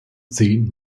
zehn